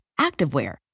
activewear